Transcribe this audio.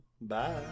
Bye